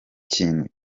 kintu